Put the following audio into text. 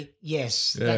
yes